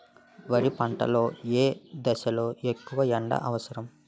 వరి పంట లో ఏ దశ లొ ఎక్కువ ఎండా అవసరం?